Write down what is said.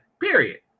period